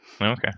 Okay